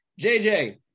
JJ